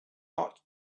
hot